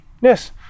Yes